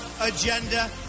agenda